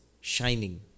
shining